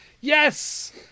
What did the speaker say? Yes